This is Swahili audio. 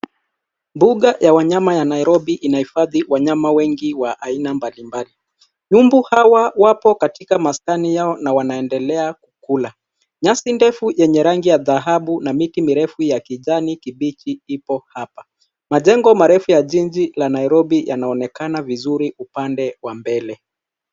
Mbuga ya wanyama ya Nairobi inahifadhi wanyama wengi wa aina mbalimbali. Nyumbu hawa wapo katika maskani yao na wanaendelea kula. Nyasi ndefu yenye rangi ya dhahabu na miti mirefu ya kijani kibichi ipo hapa. Majengo marefu ya jiji la Nairobi yanaonekana vizuri upande wa mbele.